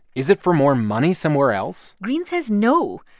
is it for more money somewhere else? greene says no.